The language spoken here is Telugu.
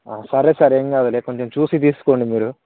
సరే సార్ ఏం కాదులే కొంచెం చూసి తీసుకోండి మీరు